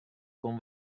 con